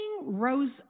rose